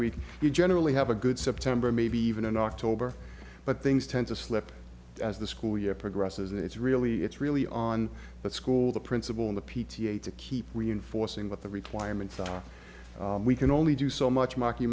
you generally have a good september maybe even in october but things tend to slip as the school year progresses and it's really it's really on that school the principal in the p t a to keep reinforcing what the requirements are we can only do so much marc you